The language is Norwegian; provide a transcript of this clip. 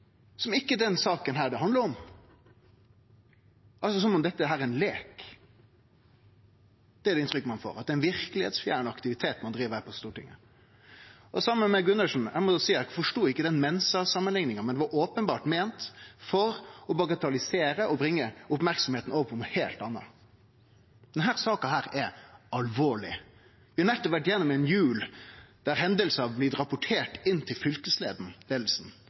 dette er ein leik. Det er det inntrykket ein får, at det er ein verkelegheitsfjern aktivitet ein driv her på Stortinget. Det same med Bruun-Gundersen – eg må seie at eg forstod ikkje den Mensa-samanlikninga, men det var openbert meint for å bagatellisere og bringe merksemda over på noko heilt anna. Denne saka er alvorleg. Vi har nettopp vore igjennom ei jul der hendingar har blitt rapporterte inn til